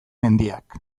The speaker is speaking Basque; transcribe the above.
mendiak